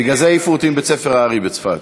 בגלל זה העיפו אותי מבית-ספר האר"י בצפת,